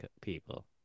people